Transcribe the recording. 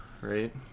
right